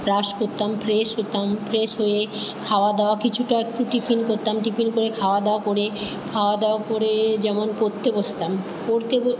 brush করতাম fresh হতাম fresh হয়ে খাওয়া দাওয়া কিছুটা একটু টিফিন করতাম টিফিন করে খাওয়া দাওয়া করে খাওয়া দাওয়া করে যেমন পড়তে বসতাম পড়তে